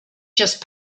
just